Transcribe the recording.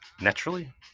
naturally